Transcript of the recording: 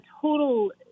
total